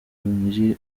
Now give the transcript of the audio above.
mijyi